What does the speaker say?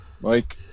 Mike